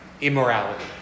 immorality